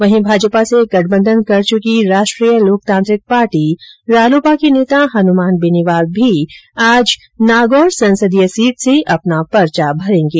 वहीं भाजपा से गठबंधन कर चुकी राष्ट्रीय लोकतांत्रिक पार्टी रालोपा के नेता हनुमान बेनीवाल भी आज नागौर संसदीय सीट से अपना पर्चा भरेंगे